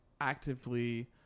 actively